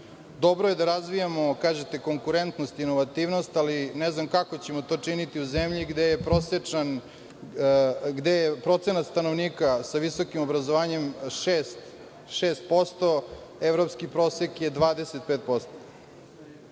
Dobro je da razvijamo kažete konkurentnost i inovativnost, ali ne znam kako ćemo to činiti u zemlji gde je procenat stanovnika sa visokim obrazovanjem 6%, evropski prosek je 25%.